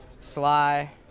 Sly